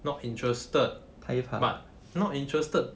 not interested but not interested